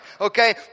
Okay